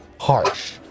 harsh